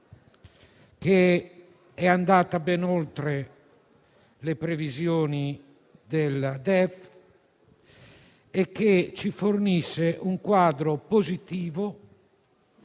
che è andata ben oltre le previsioni del DEF e che ci fornisce un quadro positivo,